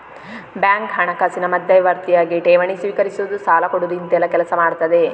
bank ಹಣಕಾಸಿನ ಮಧ್ಯವರ್ತಿಯಾಗಿ ಠೇವಣಿ ಸ್ವೀಕರಿಸುದು, ಸಾಲ ಕೊಡುದು ಇಂತೆಲ್ಲ ಕೆಲಸ ಮಾಡ್ತದೆ